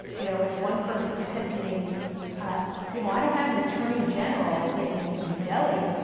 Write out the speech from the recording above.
you know as one person said to me you know i don't have an attorney general in new delhi,